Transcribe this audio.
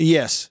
Yes